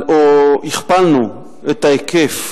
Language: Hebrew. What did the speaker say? או, הכפלנו את ההיקף